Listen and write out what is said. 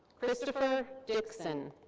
christopher dickson.